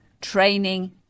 training